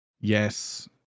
Yes